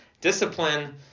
discipline